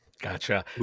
Gotcha